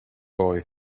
boy